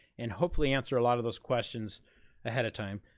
and hopefully answer a lot of those questions ahead of time.